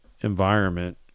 Environment